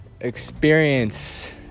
experience